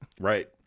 Right